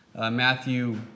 Matthew